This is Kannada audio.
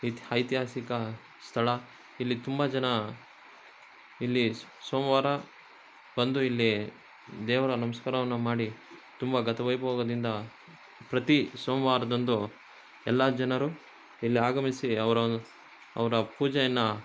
ಇತಿ ಐತಿಹಾಸಿಕ ಸ್ಥಳ ಇಲ್ಲಿ ತುಂಬ ಜನ ಇಲ್ಲಿ ಸೋಮವಾರ ಬಂದು ಇಲ್ಲಿ ದೇವರ ನಮಸ್ಕಾರವನ್ನ ಮಾಡಿ ತುಂಬ ಗತ ವೈಭೋಗದಿಂದ ಪ್ರತಿ ಸೋಮವಾರದಂದು ಎಲ್ಲ ಜನರು ಇಲ್ಲಿ ಆಗಮಿಸಿ ಅವರ ಅವರ ಪೂಜೆಯನ್ನು